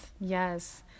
Yes